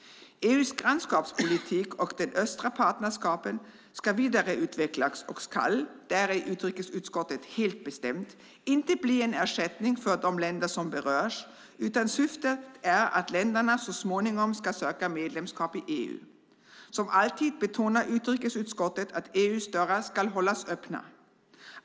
EU:s grannskapspolitik och de östra partnerskapen ska vidareutvecklas och ska inte - där är utrikesutskottet helt bestämt - bli en ersättning för de länder som berörs. Syftet är att länderna så småningom ska söka medlemskap i EU. Som alltid betonar utrikesutskottet att EU:s dörrar ska hållas öppna.